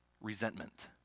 resentment